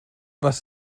was